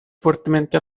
fuertemente